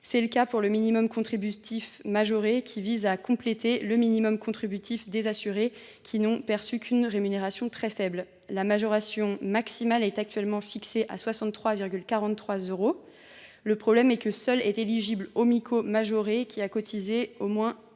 C’est le cas du minimum contributif majoré, qui vise à compléter le minimum contributif des assurés qui n’ont perçu qu’une très faible rémunération. La majoration maximale est actuellement fixée à 63,43 euros. Le problème est que seuls sont éligibles au Mico majoré ceux qui ont cotisé pendant